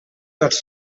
tots